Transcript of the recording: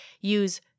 use